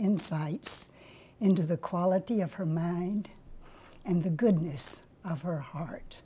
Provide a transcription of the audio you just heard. insights into the quality of her mind and the goodness of her heart